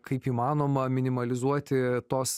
kaip įmanoma minimalizuoti tos